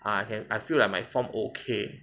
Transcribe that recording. ah and I feel like my form okay